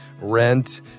rent